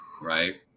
right